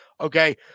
Okay